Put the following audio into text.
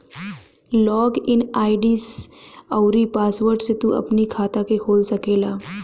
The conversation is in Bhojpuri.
लॉग इन आई.डी अउरी पासवर्ड से तू अपनी खाता के खोल सकेला